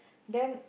then